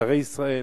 שרי-ישראל,